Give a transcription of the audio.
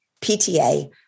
PTA